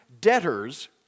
debtors